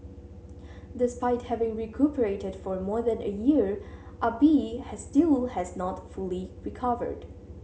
despite having recuperated for more than a year Ah Bi has still has not fully recovered